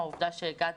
מהעובדה שהגעת,